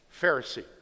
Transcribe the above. Pharisee